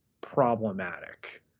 problematic